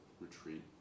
retreat